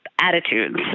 attitudes